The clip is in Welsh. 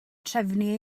trefnu